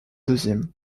deuxième